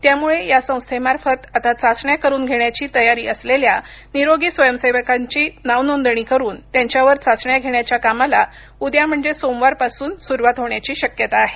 त्यामुळे या संस्थेमार्फत आता चाचण्या करून घेण्याची तयारी असलेल्या निरोगी स्वयंसेवकांची नावनोंदणी करून त्यांच्यावर चाचण्या घेण्याच्या कामास उद्या म्हणजे सोमवारपासून सुरुवात होण्याची शक्यता आहे